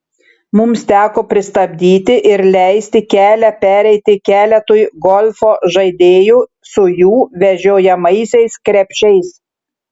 mums teko pristabdyti ir leisti kelią pereiti keletui golfo žaidėjų su jų vežiojamaisiais krepšiais